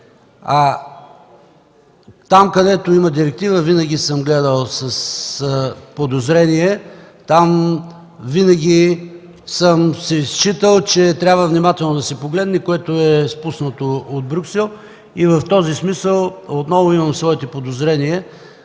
Там, където има директива, винаги съм гледал с подозрение. Там винаги съм считал, че трябва да се погледне внимателно на това, което е спуснато от Брюксел. В този смисъл отново имам своите подозрения